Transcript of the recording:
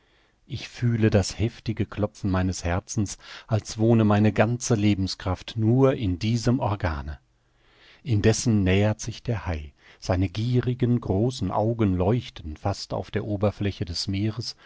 ich fühle das heftige klopfen meines herzens als wohne meine ganze lebenskraft nur in diesem organe indessen nähert sich der hai seine gierigen großen augen leuchten fast auf der oberfläche des meeres